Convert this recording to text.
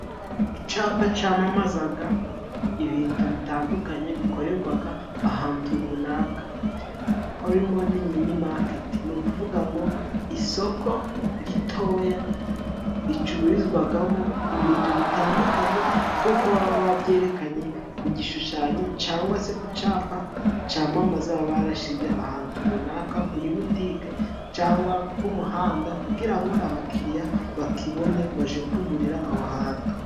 Icapa camamazaga ibintu bitandukanye bikorerwaga ahantu runaka, hamoni mini maketi, ni ukuvuga ngo isoko ritoya ricururizwagamo ibintu bitandukanye, kuko baba babyerekanye ku gishushanyo cangwa se ku capa camamaza barashize ahantu runaka kuri butike cangwa ku muhanda kugira ngo abakiriya bakibone baje kugurira aho hantu.